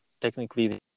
technically